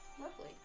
Lovely